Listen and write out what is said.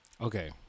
Okay